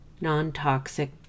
non-toxic